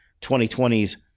2020's